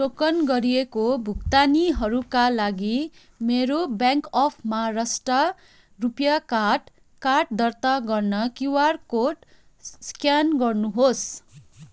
token गरिएको भुक्तानीहरूका लागि मेरो bank of Maharashtra RuPay card card दर्ता गर्न क्युआर कोड स्क्यान गर्नुहोस्